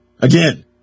Again